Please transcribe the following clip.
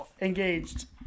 engaged